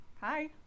Hi